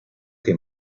que